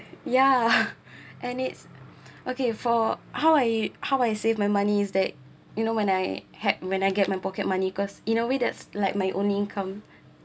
ya and it okay for how I how I save my money is that you know when I had when I get my pocket money cause in a way that's like my only income